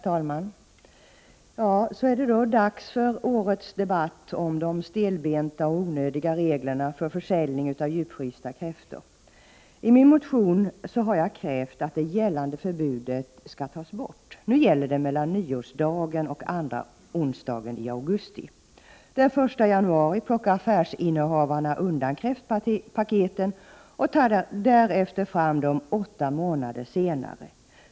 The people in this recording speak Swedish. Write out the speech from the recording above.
Herr talman! Så är det då dags för årets debatt om de stelbenta och onödiga reglerna för försäljning av djupfrysta kräftor. I min motion har jag krävt att det gällande förbudet skall tas bort. Nu är det förbud mellan nyårsdagen och andra onsdagen i augusti. Den 1 januari plockar affärsinnehavarna undan kräftpaketen och tar därefter fram dem åtta månader senare.